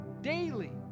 daily